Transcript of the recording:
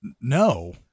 No